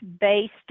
based